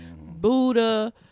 buddha